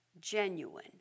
genuine